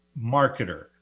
marketer